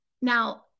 now